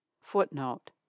Footnote